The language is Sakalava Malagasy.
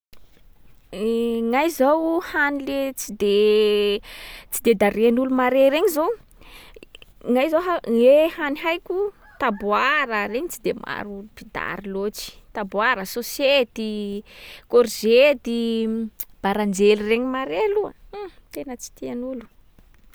Gnahy zao hany le tsy de- tsy de dariàn’olo mare regny zao, gnahy zao han- hoe hany haiko taboara, regny tsy maro olo mpidary loatsy. Taboara, sôsety, kôrzety, baranjely regny mare loha, huh! tena tsy tiàn’olo.